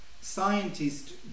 scientists